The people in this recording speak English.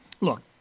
look